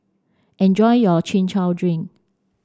enjoy your Chin Chow Drink